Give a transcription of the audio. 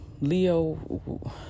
Leo